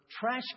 trash